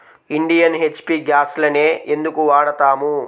Indian, HP గ్యాస్లనే ఎందుకు వాడతాము?